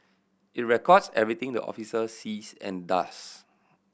it records everything the officer sees and does